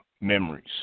memories